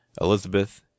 Elizabeth